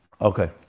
Okay